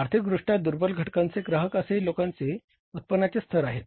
आर्थिकदृष्ट्या दुर्बल घटकांचे ग्राहक असे लोकांचे उत्पन्नाचे स्तर आहेत